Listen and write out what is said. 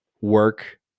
work